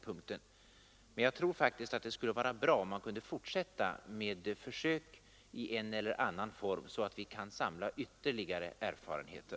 Men jag tror faktiskt att det skulle vara bra om man kunde fortsätta med försök i en eller annan form så att vi kan samla ytterligare erfarenheter.